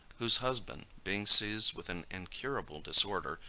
whose husband being seized with an incurable disorder,